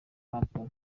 kampala